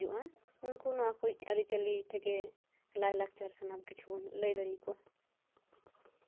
ᱩᱱᱠᱩ ᱱᱚᱶᱟ ᱠᱚ ᱟᱹᱨᱤᱪᱟᱹᱞᱤ ᱛᱷᱮᱠᱮ ᱞᱟᱹᱭᱞᱟᱠᱪᱟᱨ ᱥᱟᱱᱟᱢ ᱠᱤᱪᱷᱩ ᱵᱚᱱ ᱞᱟᱹᱭ ᱫᱟᱲᱮ ᱟᱠᱚᱣᱟ